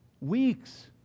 weeks